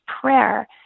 prayer